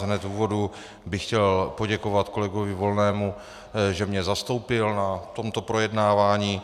Hned v úvodu bych chtěl poděkovat kolegovi Volnému, že mě zastoupil na tomto projednávání.